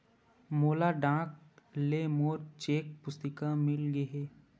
मोला डाक ले मोर चेक पुस्तिका मिल गे हे